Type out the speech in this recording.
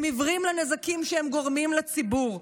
הם עיוורים לנזקים שהם גורמים לציבור.